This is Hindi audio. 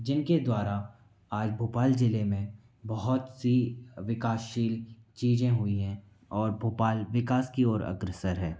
जिनके द्वारा आज भोपाल जिले में बहुत सी विकासशील चीज हुई है और भोपाल विकास की ओर अग्रसर है